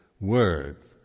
words